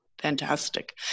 Fantastic